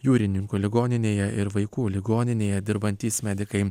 jūrininkų ligoninėje ir vaikų ligoninėje dirbantys medikai